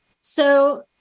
So-